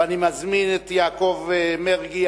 ואני מזמין את יעקב מרגי,